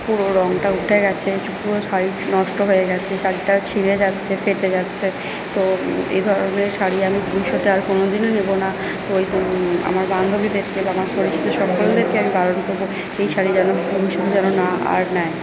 পুরো রঙটা উঠে গেছে শাড়ি নষ্ট হয়ে গেছে শাড়িটার ছিঁড়ে যাচ্ছে ফেটে যাচ্ছে তো এই ধরণের শাড়ি আমি ভবিষ্যতে আর কোনো দিনও নেবো না ওই আমার বান্ধবী বেচছে আমার পরিচিত সকলদেরকে আমি বারণ করবো এই শাড়ি যেন না আর নেয়